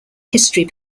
history